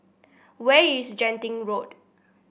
where is Genting Road